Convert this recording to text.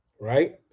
right